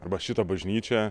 arba šitą bažnyčią